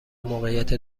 موقعیت